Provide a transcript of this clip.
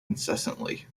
incessantly